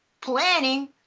planning